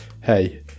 hey